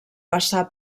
passar